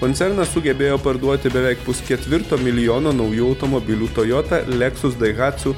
koncernas sugebėjo parduoti beveik pusketvirto milijono naujų automobilių toyota leksus daihatsu